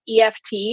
EFT